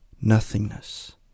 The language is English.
nothingness